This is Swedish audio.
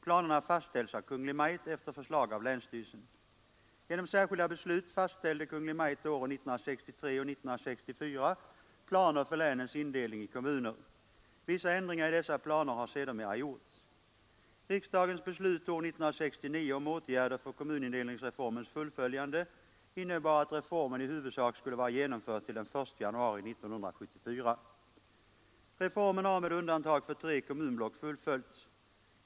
Planerna fastställs av Kungl. Maj:t efter förslag av länsstyrelsen. Genom särskilda beslut fastställde Kungl. Maj:t åren 1963 och 1964 planer för länens indelning i kommuner. Vissa ändringar i dessa planer har sedermera gjorts. Riksdagens beslut år 1969 om åtgärder för kommunindelningsreformens fullföljande innebar att reformen i huvudsak skulle vara genomförd till den 1 januari 1974. Reformen har med undantag för tre kommunblock fullföljts.